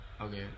Okay